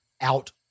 out